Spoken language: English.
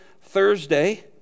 Thursday